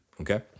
okay